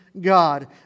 God